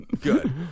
Good